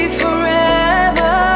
forever